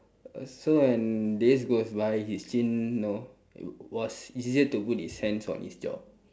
so when days goes by his chin you know was easier to put his hands on his jaw